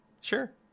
Sure